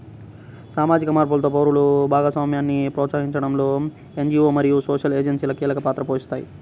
సామాజిక మార్పులో పౌరుల భాగస్వామ్యాన్ని ప్రోత్సహించడంలో ఎన్.జీ.వో మరియు సోషల్ ఏజెన్సీలు కీలక పాత్ర పోషిస్తాయి